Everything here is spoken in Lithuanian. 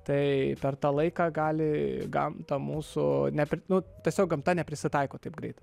tai per tą laiką gali gamta mūsų nepri nu tiesiog gamta neprisitaiko taip greitai